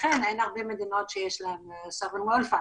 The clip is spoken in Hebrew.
לכן אין הרבה מדינות שיש sovereign wealth fund,